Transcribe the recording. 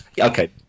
Okay